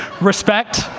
respect